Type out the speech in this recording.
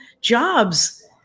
jobs